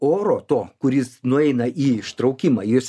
oro to kuris nueina į ištraukimą jis